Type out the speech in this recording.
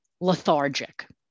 lethargic